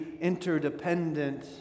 interdependent